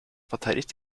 verteidigt